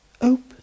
open